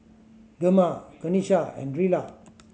Gemma Kenisha and Rilla